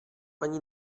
ani